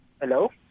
Hello